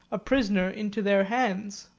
a prisoner into their hands.